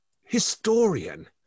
historian